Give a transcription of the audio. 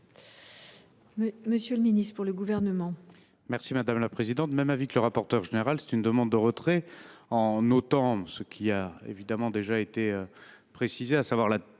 monsieur le ministre, que le Gouvernement